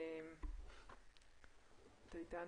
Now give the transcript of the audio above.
שלום